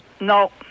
No